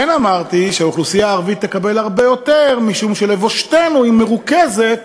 כן אמרתי שהאוכלוסייה הערבית תקבל הרבה יותר משום שלבושתנו היא מרוכזת